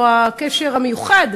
או הקשר המיוחד,